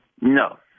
No